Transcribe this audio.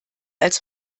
als